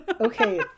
Okay